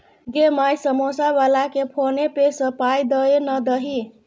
गै माय समौसा बलाकेँ फोने पे सँ पाय दए ना दही